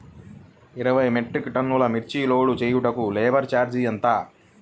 ఇరవై మెట్రిక్ టన్నులు మిర్చి లోడ్ చేయుటకు లేబర్ ఛార్జ్ ఎంత?